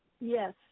Yes